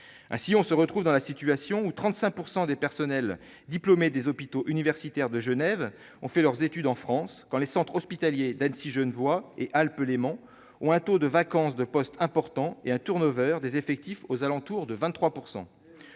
Ainsi, on se retrouve dans la situation où 35 % des personnels diplômés des hôpitaux universitaires de Genève ont fait leurs études en France, quand les centres hospitaliers d'Annecy-Genevois et Alpes-Léman ont un taux de vacance de poste élevé et un turnover des effectifs aux alentours de 23 %.